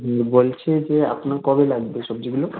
হুম বলছি যে আপনার কবে লাগবে সবজিগুলো